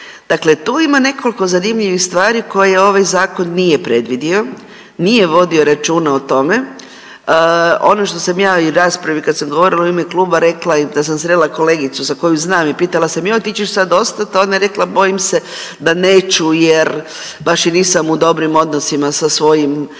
Dakle, tu ima nekoliko zanimljivih stvari koje ovaj zakon nije predvidio, nije vodio računa o tome. ono što sam ja i u raspravi kad sam govorila u ime kluba rekla da sam srela kolegicu za koju znam i pitala sam joj ti ćeš sad ostat, ona je rekla bojim se da neću jer baš i nisam u dobrim odnosima sa svojim